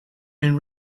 been